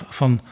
van